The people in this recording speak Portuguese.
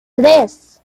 três